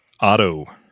Auto